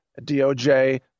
DOJ